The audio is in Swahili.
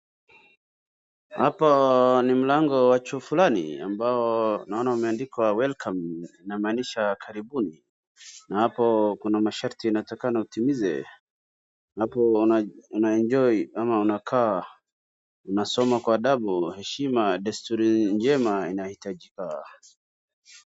Hapo ni mlango wa chuo fulani ambao naona umeandikwa welcome inamaanisha karibuni. Na hapo kuna masharti inatakikana utimize. Hapo una enjoy ama unakaa unasoma kwa adabu, heshima, desturi njema inahitajika.